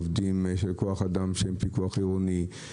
עובדים של כוח אדם שהם בפיקוח עירוני.